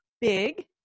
big